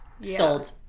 Sold